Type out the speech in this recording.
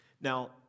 Now